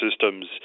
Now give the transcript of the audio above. systems